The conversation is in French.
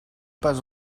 pas